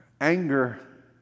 Anger